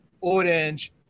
orange